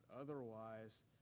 Otherwise